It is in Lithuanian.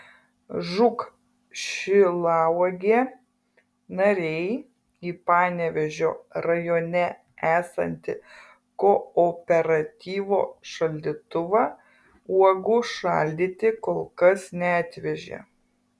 žūk šilauogė nariai į panevėžio rajone esantį kooperatyvo šaldytuvą uogų šaldyti kol kas neatvežė